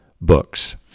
books